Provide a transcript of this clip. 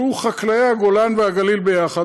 של חקלאי הגולן והגליל יחד,